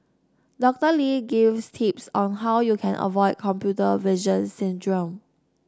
Doctor Lee gives tips on how you can avoid computer vision syndrome